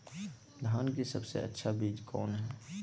धान की सबसे अच्छा बीज कौन है?